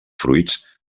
fruits